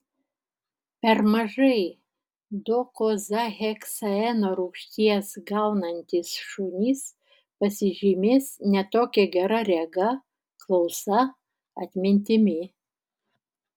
per mažai dokozaheksaeno rūgšties gaunantys šunys pasižymės ne tokia gera rega klausa atmintimi